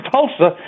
Tulsa